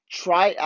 try